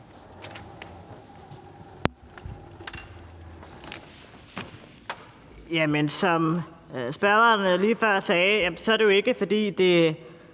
som spørgeren lige før sagde, er det jo ikke, fordi